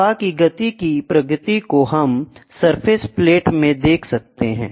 प्रवाह की गति की प्रगति को हम सरफेस प्लॉट में दिखा सकते हैं